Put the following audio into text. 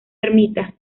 ermita